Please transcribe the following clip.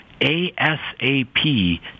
ASAP